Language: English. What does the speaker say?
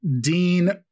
Dean